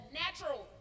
natural